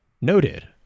Noted